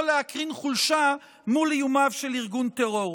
להקרין חולשה מול איומיו של ארגון טרור.